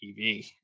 TV